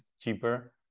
cheaper